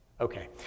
Okay